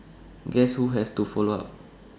guess who has to follow up